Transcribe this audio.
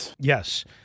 Yes